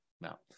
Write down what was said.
now